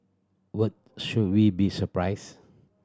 what should we be surprised